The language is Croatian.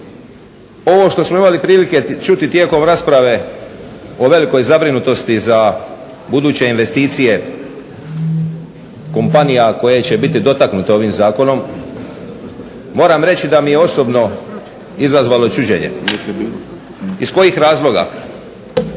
Ovo što smo imali prilike čuti tijekom rasprave o velikoj zabrinutosti za buduće investicije kompanija koje će biti dotaknute ovim zakonom moram reći da mi je osobno izazvalo čuđenje. Iz kojih razloga?